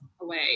Away